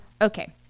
Okay